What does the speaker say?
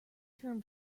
term